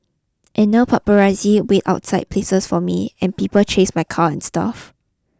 and now paparazzi wait outside places for me and people chase my car and stuff